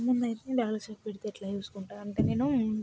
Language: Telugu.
ముందు అయితే బ్యాగుల షాపు పెడితే ఎట్లా చూసుకుంటాను అంటే నేను